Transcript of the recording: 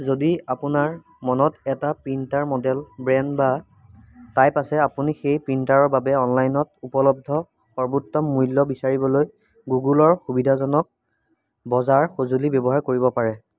যদি আপোনাৰ মনত এটা প্ৰিন্টাৰ মডেল ব্ৰেণ্ড বা টাইপ আছে আপুনি সেই প্ৰিণ্টাৰৰ বাবে অনলাইনত উপলব্ধ সৰ্বোত্তম মূল্য বিচাৰিবলৈ গুগলৰ সুবিধাজনক বজাৰ সঁজুলি ব্যৱহাৰ কৰিব পাৰে